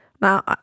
Now